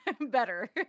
better